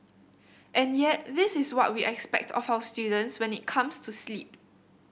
and yet this is what we expect of our students when it comes to sleep